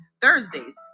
Thursdays